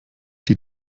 die